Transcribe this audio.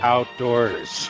Outdoors